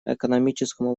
экономическому